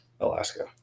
alaska